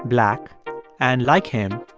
black and, like him,